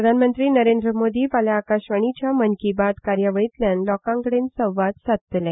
प्रधानमंत्री नरेंद्र मोदी फाल्यां आकाशवाणीच्या मन की बात कार्यावळींतल्यान लोकां कडेन संवाद सादतले